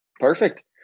Perfect